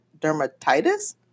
dermatitis